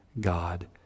God